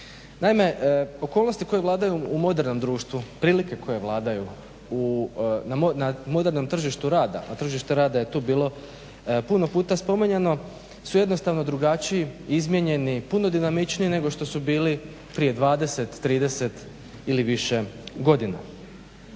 Naime, okolnosti koje vladaju u modernom društvu prilike koje vladaju na modernom tržištu rada, a tržište rada je tu bilo puno puta spominjano su jednostavno drugačiji izmijenjeni puno dinamičniji nego što su bili prije 20, 30 ili više godina.